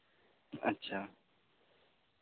ᱟᱪᱪᱷᱟ